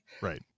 Right